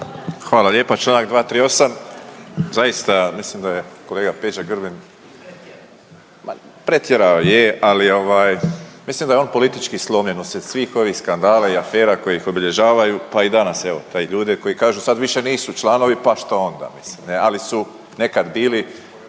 Hvala lijepa. Članak 238., zaista mislim da je kolega Peđa Grbin ma pretjerao je, ali ovaj mislim da je on politički slomljen uslijed svih ovih skandala i afera koji ih obilježavaju, pa i danas evo pa i ljude koji kažu sad više nisu članovi pa što onda, mislim ne, ali su nekad bili,